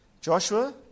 Joshua